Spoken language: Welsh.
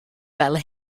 fel